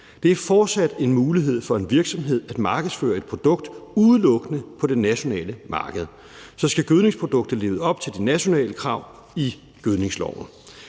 Det er fortsat en mulighed for en virksomhed at markedsføre et produkt udelukkende på det nationale marked. Så skal gødningsproduktet leve op til det nationale krav i gødningsloven.